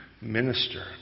minister